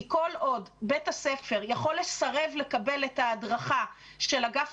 כי כל עוד בית הספר יכול לסרב לקבל את ההדרכה של אגף